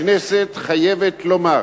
הכנסת חייבת לומר,